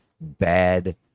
bad